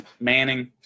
Manning